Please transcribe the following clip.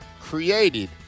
created